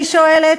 אני שואלת,